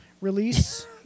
release